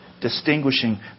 Distinguishing